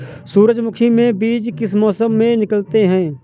सूरजमुखी में बीज किस मौसम में निकलते हैं?